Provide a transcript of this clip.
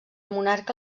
monarca